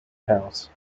house